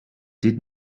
did